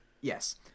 Yes